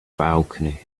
balcony